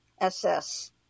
SS